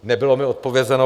Nebylo mi odpovězeno.